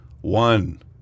one